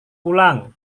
pulang